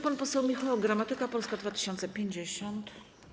Pan poseł Michał Gramatyka, Polska 2050.